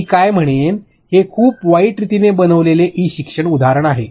मी काय म्हणेन हे खूप वाईट रीतीने बनविलेले हे ई शिक्षण उदाहरण आहे